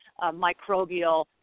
microbial